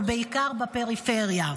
ובעיקר בפריפריה.